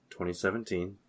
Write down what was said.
2017